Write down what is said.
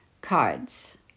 cards